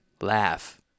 laugh